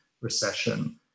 recession